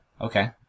Okay